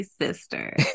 sister